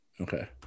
Okay